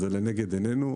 זה לנגד עינינו,